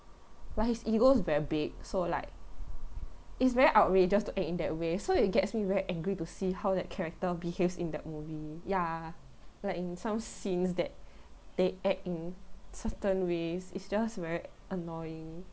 but his ego's very big so like it's very outrageous to act in that way so it gets me very angry to see how that character behaves in that movie ya like in some scenes that they act in certain ways it's just very annoying